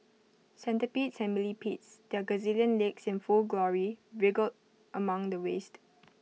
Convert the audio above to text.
centipedes and millipedes their gazillion legs in full glory wriggled among the waste